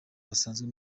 basanzwe